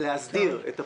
להסדיר את הפיצוי,